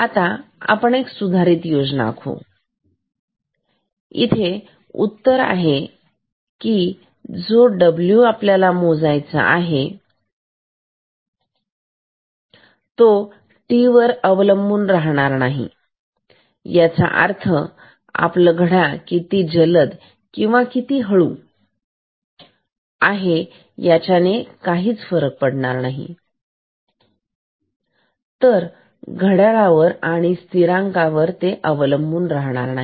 आता आपण एक सुधारीत योजना आखू इथे उत्तर असेल की जो डब्ल्यू w आपल्याला मोजायचा आहे तो t वर अवलंबून राहणार नाही याचा अर्थ आपलं घड्याळ किती जलद किंवा किती हळु आहे त्याने काहीच फरक पडणार नाही तर घड्याळावर आणि स्थिरांक वर ते अवलंबून नाही